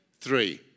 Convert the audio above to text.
Three